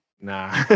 nah